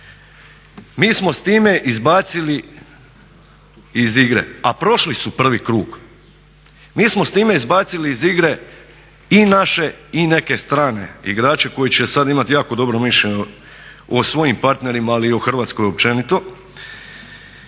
Mi smo s time izbacili iz igre a prošli su prvi krug, mi smo s time izbacili iz igre i naše i neke strane igrače koji će sada imati jako dobro mišljenje o svojim partnerima ali i o Hrvatskoj općenito.